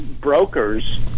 brokers